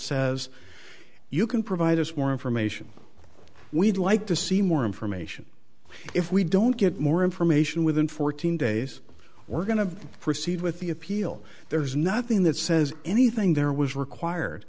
says you can provide us more information we'd like to see more information if we don't get more information within fourteen days we're going to proceed with the appeal there's nothing that says anything there was required